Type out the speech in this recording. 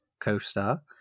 co-star